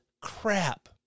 crap